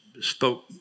spoke